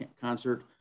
concert